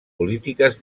polítiques